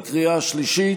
בקריאה השלישית.